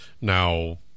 Now